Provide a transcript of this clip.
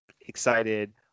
excited